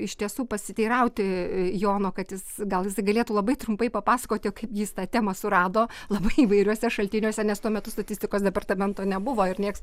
iš tiesų pasiteirauti jono kad jis gal jisai galėtų labai trumpai papasakoti o kaip jis tą temą surado labai įvairiuose šaltiniuose nes tuo metu statistikos departamento nebuvo ir nieks